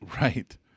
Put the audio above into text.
Right